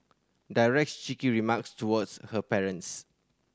directs cheeky remarks towards her parents